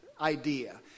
idea